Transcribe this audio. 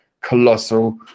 colossal